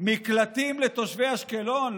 מקלטים לתושבי אשקלון?